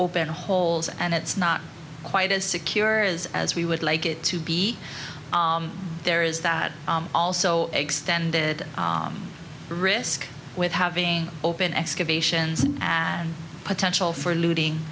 open holes and it's not quite as secure as we would like it to be there is that also extended risk with having open excavations and potential for looting